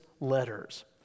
letters